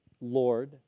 Lord